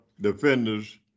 defenders